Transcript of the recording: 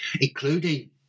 including